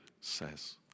says